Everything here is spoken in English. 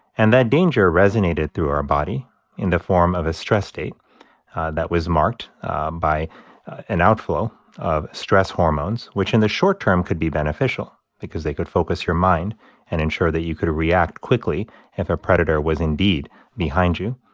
and that danger resonated through our body in the form of a stress state that was marked by an outflow of stress hormones, which, in the short term, could be beneficial because they could focus your mind and ensure that you could react quickly if a predator was indeed behind you.